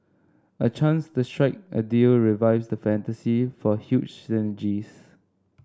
a chance to strike a deal revives the fantasy for huge synergies